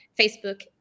Facebook